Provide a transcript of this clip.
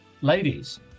ladies